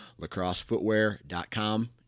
lacrossefootwear.com